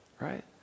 right